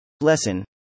Lesson